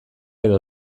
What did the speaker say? edo